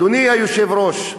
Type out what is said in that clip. אדוני היושב-ראש,